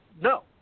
no